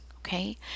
Okay